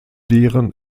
deren